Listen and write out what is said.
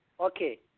Okay